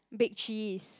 Big Cheese